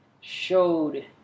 showed